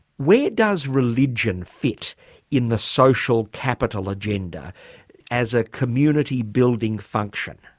where does religion fit in the social capital agenda as a community-building function?